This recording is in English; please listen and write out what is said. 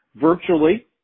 virtually